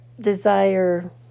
desire